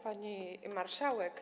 Pani Marszałek!